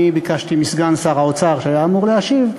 אני ביקשתי מסגן שר האוצר, שהיה אמור להשיב,